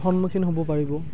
সন্মুখীন হ'ব পাৰিব